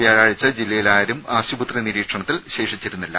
വ്യാഴാഴ്ച ജില്ലയിൽ ആരും ആശുപത്രി നിരീക്ഷണത്തിൽ ശേഷിച്ചിരുന്നില്ല